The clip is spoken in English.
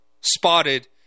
spotted